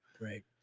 right